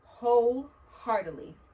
Wholeheartedly